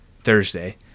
Thursday